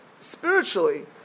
spiritually